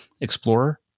Explorer